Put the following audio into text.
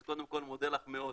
אז קודם כל אני מודה לך מאוד